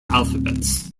alphabets